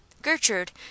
Gertrude